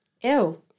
Ew